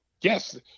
yes